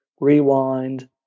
rewind